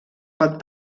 pot